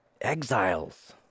exiles